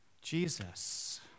Jesus